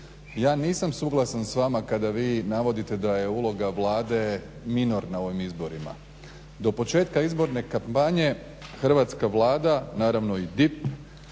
ja nisam suglasan s vama kada vi navodite da je uloga Vlade minorna u ovom izborima. Do početka izborne kampanje Hrvatska vlada, naravno i DIP